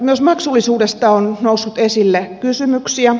myös maksullisuudesta on noussut esille kysymyksiä